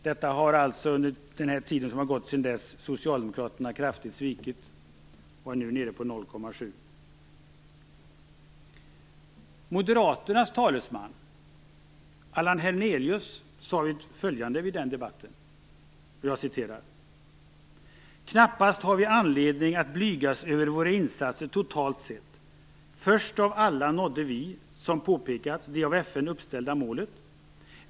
Detta har socialdemokraterna under den tid som gått sedan dess alltså kraftigt svikit och är nu nere på Moderaternas talesman, Allan Hernelius, sade följande i den debatten: "Knappast har vi anledning att blygas över våra insatser totalt sett. Först av alla nådde vi, som påpekats, det av FN uppställda målet.